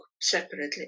separately